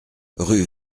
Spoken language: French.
rue